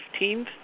15th